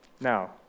Now